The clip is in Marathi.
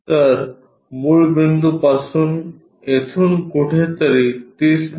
तर मूळ बिंदू पासून येथून कुठेतरी 30 मि